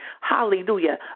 Hallelujah